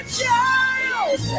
child